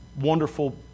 wonderful